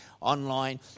online